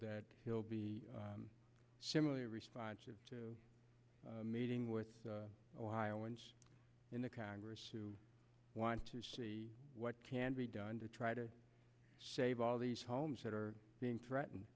that he'll be similarly responsive to meeting with ohioans in the congress who want to see what can be done to try to save all these homes that are being threatened